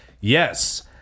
yes